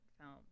film